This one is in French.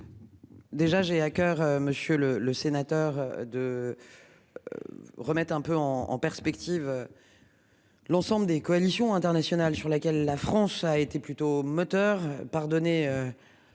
Déjà j'ai à coeur. Monsieur le. Le sénateur de. Remettre un peu en en perspective. L'ensemble des coalitions internationales sur laquelle la France a été plutôt moteur pardonner.